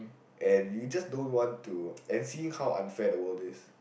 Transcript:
and you just don't want to and feeling how unfair the world is